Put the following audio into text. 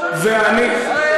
ואז ראש ממשלת ישראל,